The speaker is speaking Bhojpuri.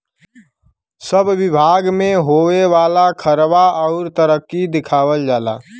सब बिभाग मे होए वाला खर्वा अउर तरक्की दिखावल जाला